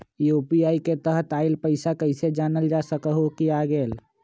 UPI के तहत आइल पैसा कईसे जानल जा सकहु की आ गेल?